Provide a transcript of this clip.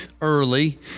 early